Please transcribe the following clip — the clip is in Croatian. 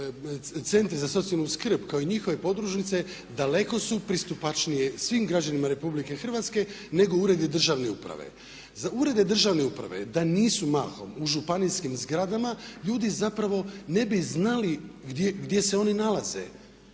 centri za socijalnu skrb kao i njihove podružnice daleko su pristupačnije svim građanima RH nego uredi državne uprave. Za urede državne uprave da nisu mahom u županijskim zgradama, ljudi zapravo ne bi znali gdje se oni nalaze